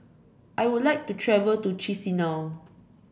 I would like to travel to Chisinau